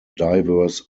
diverse